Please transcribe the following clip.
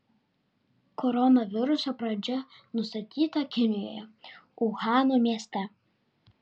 koronaviruso pradžia nustatyta kinijoje uhano mieste